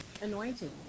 anointing